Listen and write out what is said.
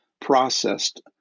processed